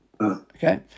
Okay